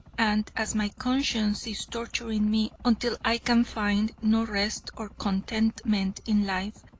and as my conscience is torturing me until i can find no rest or contentment in life,